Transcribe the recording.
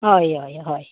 हय हय हय